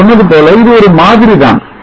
நான் சொன்னது போல இது ஒரு மாதிரிதான்